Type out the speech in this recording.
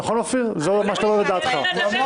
נכון, אופיר, מה שאתה אומר זאת דעתך.